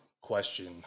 question